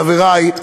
חברי,